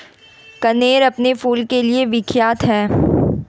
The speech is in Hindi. कनेर अपने फूल के लिए विख्यात है